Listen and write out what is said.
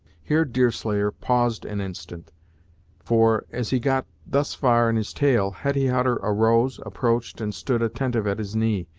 here deerslayer paused an instant for, as he got thus far in his tale, hetty hutter arose, approached, and stood attentive at his knee,